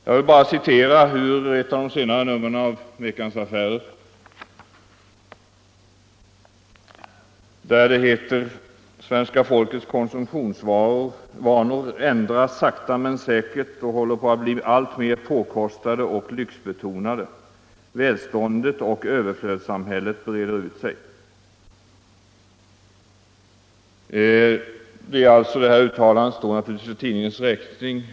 Låt mig bara citera ur ett av de senare numren av Veckans Affärer, där det heter: ”Svenska folkets konsumtionsvanor ändras sakta men säkert och håller på att bli alltmer påkostade och lyxbetonade. Välståndet och överflödssamhället breder ut sig.” Detta uttalande står naturligtvis för tidningens räkning.